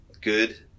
good